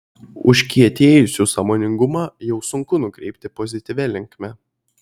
užkietėjusių sąmoningumą jau sunku nukreipti pozityvia linkme